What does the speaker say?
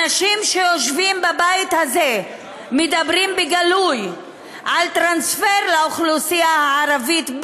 אנשים שיושבים בבית הזה מדברים בגלוי על טרנספר לאוכלוסייה הערבית,